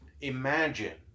Imagine